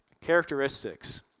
Characteristics